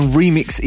remix